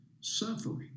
suffering